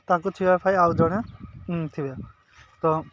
ତାକୁ ପାଇଁ ଆଉ ଜଣେ ଥିବେ ତ